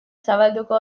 zabalduko